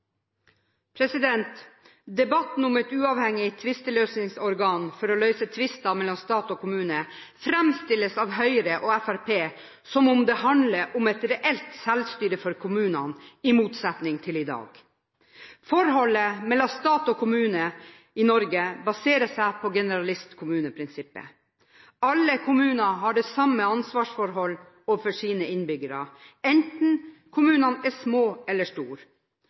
Debatten om et uavhengig tvisteløsningsorgan for å løse tvister mellom stat og kommune framstilles av Høyre og Fremskrittspartiet som om det handler om et reelt selvstyre for kommunene, i motsetning til i dag. Forholdet mellom stat og kommune i Norge baserer seg på generalistkommuneprinsippet. Alle kommuner har det samme ansvarsforhold overfor sine innbyggere, enten kommunene er små eller store.